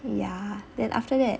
ya then after that